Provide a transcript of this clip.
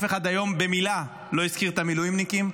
אף אחד היום במילה לא הזכיר את המילואימניקים.